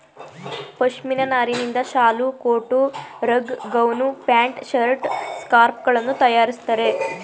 ಪಶ್ಮಿನ ನಾರಿನಿಂದ ಶಾಲು, coat, rug, gown, pant, shirt, scarf ಗಳನ್ನು ತರಯಾರಿಸ್ತರೆ